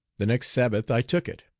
the next sabbath i took it.